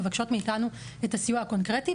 מבקשות מאיתנו את הסיוע הקונקרטי,